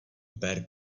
ber